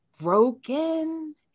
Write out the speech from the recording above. broken